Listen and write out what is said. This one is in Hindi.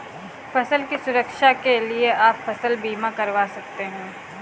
फसल की सुरक्षा के लिए आप फसल बीमा करवा सकते है